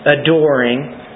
adoring